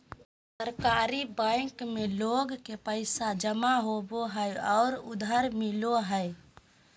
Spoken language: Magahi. सहकारी बैंक में लोग के पैसा जमा होबो हइ और उधार मिलो हइ